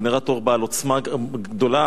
גנרטור בעל עוצמה גדולה.